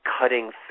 Cutting